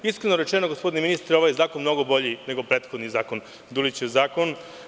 Iskreno rečeno, gospodine ministre, ovaj zakon je mnogo bolji nego prethodni zakon, Dulićev zakon.